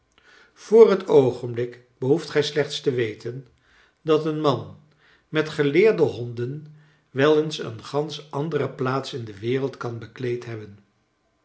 voor het oogenblik behoeft gij slechts te weten dat een man met geleerde honden wel eens een gansch andere plaats in de wereld kan bekleed hebben